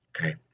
Okay